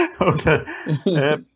Okay